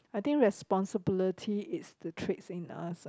I think responsibility is the traits in us ah